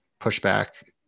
pushback